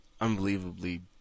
unbelievably